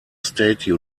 state